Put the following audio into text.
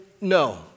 no